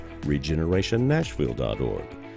regenerationnashville.org